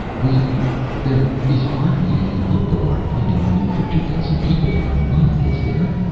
we there is hardly any hope of our finding food for two thousand people for a month, is there?